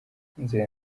inzira